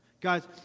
Guys